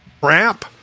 crap